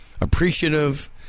appreciative